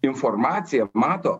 informaciją mato